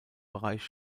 bereich